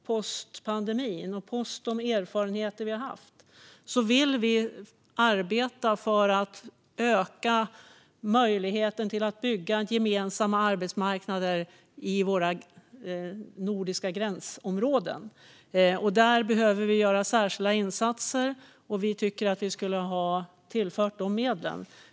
"Post pandemin" och med de erfarenheter som vi har haft vill vi arbeta för att öka möjligheten att bygga gemensamma arbetsmarknader i våra nordiska gränsområden. Där behöver vi göra särskilda insatser, och vi tycker att vi borde ha tillfört medel till detta.